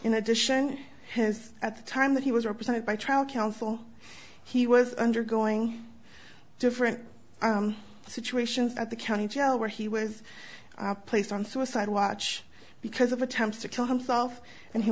in addition his at the time that he was represented by trial counsel he was undergoing different situations at the county jail where he was placed on suicide watch because of attempts to kill himself and he